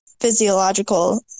physiological